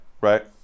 right